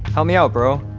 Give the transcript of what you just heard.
help me out, bro.